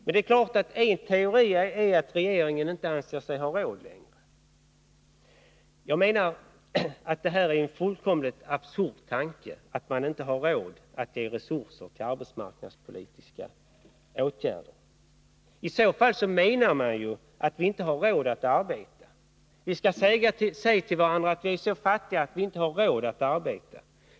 En teori är att 161 regeringen inte längre anser sig ha råd. Men det är en fullkomligt absurd tanke, att man inte har råd att ge resurser till arbetsmarknadspolitiska åtgärder. I så fall menar man att vi inte har råd att arbeta. Vi skall säga till varandra att vi är så fattiga att vi inte har råd att arbeta.